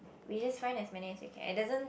we just find as many as we can it doesn't